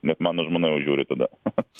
net mano žmona jau žiūri tada